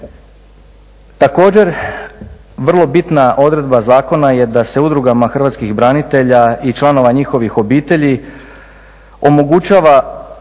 Također, vrlo bitna odredba zakona je da se udrugama Hrvatskih branitelja i članova njihovih obitelji omogućava